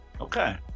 okay